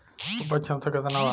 उपज क्षमता केतना वा?